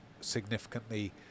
significantly